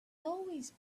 always